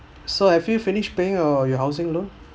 so have you finished paying your your housing loan